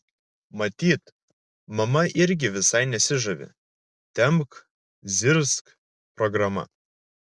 matyt mama irgi visai nesižavi tempk zirzk programa